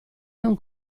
non